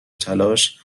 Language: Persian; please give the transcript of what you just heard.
تلاش